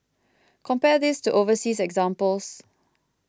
compare this to overseas examples